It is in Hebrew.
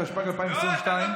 התשפ"ג 2022,